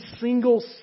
single